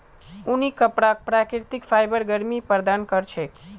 ऊनी कपराक प्राकृतिक फाइबर गर्मी प्रदान कर छेक